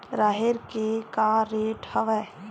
राहेर के का रेट हवय?